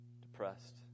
depressed